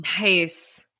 Nice